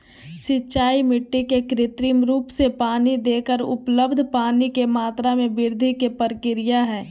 सिंचाई मिट्टी के कृत्रिम रूप से पानी देकर उपलब्ध पानी के मात्रा में वृद्धि के प्रक्रिया हई